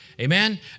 Amen